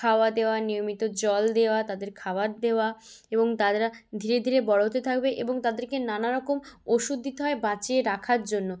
খাওয়া দেওয়া নিয়মিত জল দেওয়া তাদের খাবার দেওয়া এবং তারা ধীরে ধীরে বড় হতে থাকবে এবং তাদেরকে নানা রকম ওষুধ দিতে হয় বাঁচিয়ে রাখার জন্য